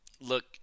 Look